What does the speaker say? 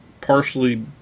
partially